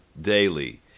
daily